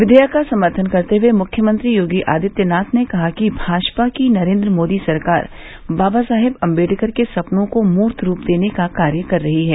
विधेयक का समर्थन करते हुए मुख्यमंत्री योगी आदित्यनाथ ने कहा कि भाजपा की नरेन्द्र मोदी सरकार बाबा साहेब आंबेडकर के सपनों को मूर्त रूप देने का कार्य कर रही है